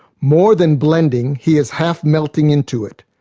more than blending, he is half melting into it.